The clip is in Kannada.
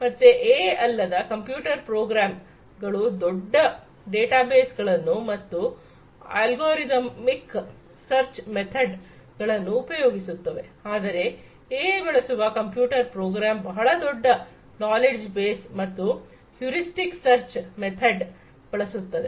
ಮತ್ತೆ ಎಐ ಅಲ್ಲದ ಕಂಪ್ಯೂಟರ್ ಪ್ರೋಗ್ರಾಮ್ ಗಳು ದೊಡ್ಡ ಡೇಟಾಬೇಸ್ ಗಳನ್ನು ಮತ್ತು ಅಲ್ಗೊರಿತ್ಮಿಕ್ ಸರ್ಚ್ ಮೆಥಡ್ಗಳನ್ನು ಉಪಯೋಗಿಸುತ್ತವೆ ಆದರೆ ಎಐ ಬಳಸುವ ಕಂಪ್ಯೂಟರ್ ಪ್ರೋಗ್ರಾಮ್ ಬಹಳ ದೊಡ್ಡ ನಾಲೆಡ್ಜ್ ಬೇಸ್ ಮತ್ತು ಹ್ಯೂರಿಸ್ಟಿಕ್ ಸರ್ಚ್ ಮೆಥಡ್ ಬಳಸುತ್ತದೆ